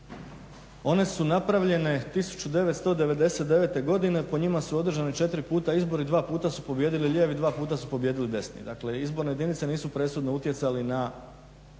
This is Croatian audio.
one su napravljene 1999. godine, po njima su održani 4 puta izbori, 2 puta su pobijedili lijevi, 2 puta su pobijedili desni. Dakle, izborne jedinice nisu presudno utjecale na